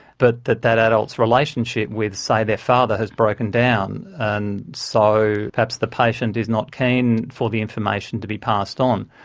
but that that adult's relationship with, say, their father has broken down and so perhaps the patient is not keen for the information to be passed on.